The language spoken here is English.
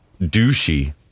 douchey